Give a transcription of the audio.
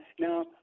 now